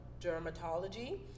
dermatology